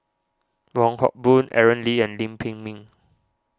Wong Hock Boon Aaron Lee and Lim Pin Min